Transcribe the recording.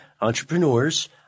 entrepreneurs